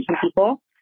people